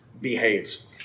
behaves